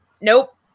Nope